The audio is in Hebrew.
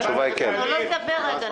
תנו לו לדבר רגע.